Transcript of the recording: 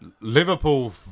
Liverpool